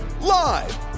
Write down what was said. live